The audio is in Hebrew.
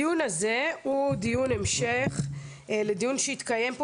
הדיון הזה הוא דיון המשך לדיון שהתקיים פה